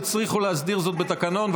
יצריכו להסדיר זאת בתקנון.